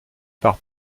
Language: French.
par